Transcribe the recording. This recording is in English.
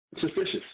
suspicious